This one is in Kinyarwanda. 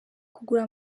kugura